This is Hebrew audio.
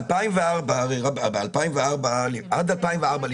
עד 2004,